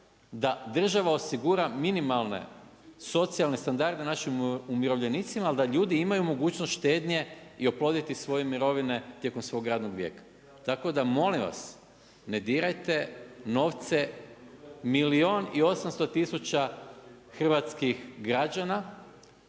da država osigura minimalne, socijalne standarde našim umirovljenicima, al da ljudi imaju mogućnost štednje i oploditi svoje mirovine tijekom svog radnog vijeka. Tako da molim vas, ne dirajte novce, milijun i 800 tisuća hrvatskih građana,